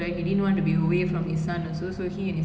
kajol and like